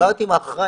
כשדיברתי עם האחראי,